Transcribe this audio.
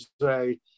say